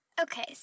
Okay